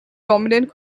prominent